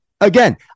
Again